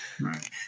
right